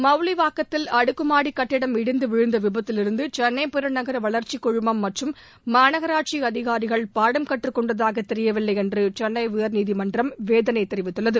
மவுலிவாக்கத்தில் அடுக்குமாடிக் கட்டிடம் இடிந்து விழுந்த விபத்திலிருந்து சென்னை பெருநகர வளர்ச்சிக்குழுமம் மற்றும் மாநகராட்சி அதிகாரிகள் பாடம் கற்றுக் கொண்டதாக தெரியவில்லை என்று சென்னை உயர்நீதிமன்றம் வேதனை தெரிவித்துள்ளது